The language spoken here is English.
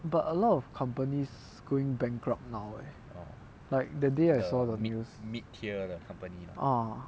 but a lot of companies going bankrupt now leh like the day I saw the news ah